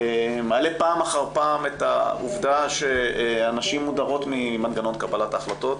מעלה פעם אחר פעם שהנשים מודרות ממנגנון קבלת ההחלטות.